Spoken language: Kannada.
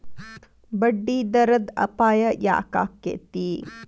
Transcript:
ಬಡ್ಡಿದರದ್ ಅಪಾಯ ಯಾಕಾಕ್ಕೇತಿ?